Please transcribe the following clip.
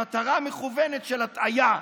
חלק מתוך מטרה מכוונת של הטעיה,